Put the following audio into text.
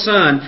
Son